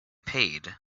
paid